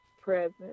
present